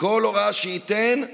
כל הוראה שייתן,